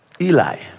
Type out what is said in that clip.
Eli